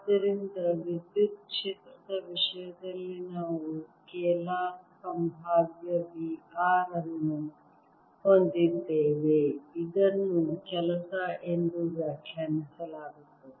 ಆದ್ದರಿಂದ ವಿದ್ಯುತ್ ಕ್ಷೇತ್ರದ ವಿಷಯದಲ್ಲಿ ನಾವು ಸ್ಕೇಲಾರ್ ಸಂಭಾವ್ಯ V R ಅನ್ನು ಹೊಂದಿದ್ದೇವೆ ಇದನ್ನು ಕೆಲಸ ಎಂದು ವ್ಯಾಖ್ಯಾನಿಸಲಾಗುತ್ತದೆ